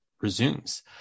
resumes